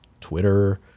Twitter